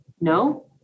No